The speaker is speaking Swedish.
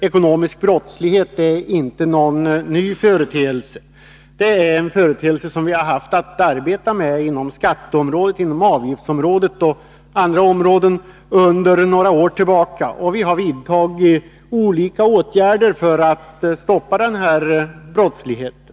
Ekonomisk brottslighet är tyvärr inte någon ny företeelse utan något som vi har att arbeta med inom skatteområdet, avgiftsområdet och andra områden sedan lång tid tillbaka. Vi har vidtagit olika åtgärder för att försöka stoppa brottsligheten.